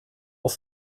auf